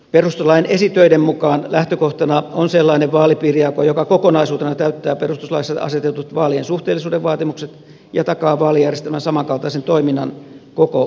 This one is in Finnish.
perustuslain esitöiden mukaan lähtökohtana on sellainen vaalipiirijako joka kokonaisuutena täyttää perustuslaissa asetetut vaalien suhteellisuuden vaatimukset ja takaa vaalijärjestelmän samankaltaisen toiminnan koko maassa